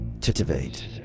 Titivate